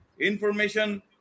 information